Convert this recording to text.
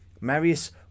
Marius